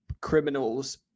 criminals